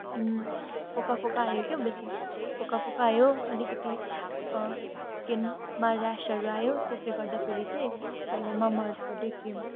फोका फोका आयो के बेसी फोका फोका आयो अलिकति स्किनमा ऱ्यासहरू आयो त्यसले गर्दाखेरि चाहिँ मैले मामाअर्थको डे क्रिम